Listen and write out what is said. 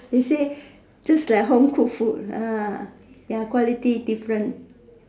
they say just like home cooked food ya quality different